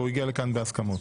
והוא הגיע לכאן בהסכמות.